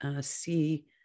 see